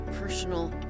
personal